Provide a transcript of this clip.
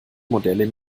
modelle